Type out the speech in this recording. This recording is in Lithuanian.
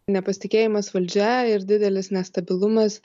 nepasitikėjimas valdžia ir didelis nestabilumas